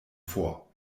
vor